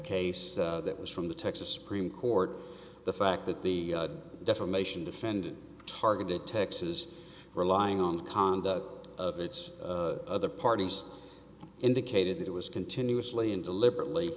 case that was from the texas supreme court the fact that the defamation defendant targeted taxes relying on the conduct of its other parties indicated that it was continuously and deliberately